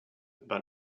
but